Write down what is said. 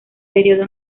período